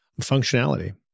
functionality